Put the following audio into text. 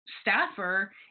staffer